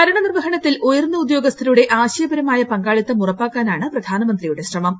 ഭരണനിർവ്വഹണത്തിൽ ഉയർന്ന ഉദ്യോഗസ്ഥരുടെ ആശയപരമായ പങ്കാളിത്തം ഉറപ്പാക്കാനാണ് പ്രധാനമന്ത്രിയുടെ ശ്രമം